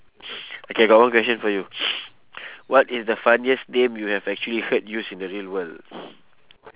okay I got one question for you what is the funniest name you have actually heard used in the real world